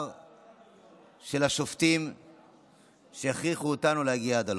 בעיקר של השופטים שהכריחו אותנו להגיע עד הלום.